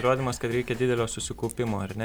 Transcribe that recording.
įrodymas kad reikia didelio susikaupimo ar ne